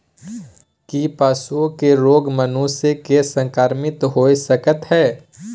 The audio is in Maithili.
की पशुओं के रोग मनुष्य के संक्रमित होय सकते है?